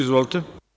Izvolite.